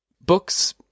Books